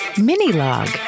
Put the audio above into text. mini-log